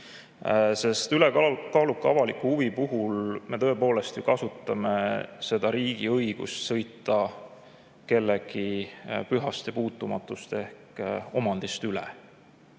Sest ülekaaluka avaliku huvi puhul me tõepoolest kasutame riigi õigust sõita kellegi pühast ja puutumatust ehk omandist üle.